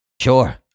Sure